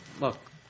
Look